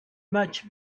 much